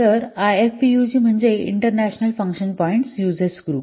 तर आयएफपीयूजी म्हणजे international function points users group